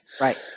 Right